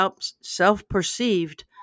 self-perceived